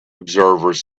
observers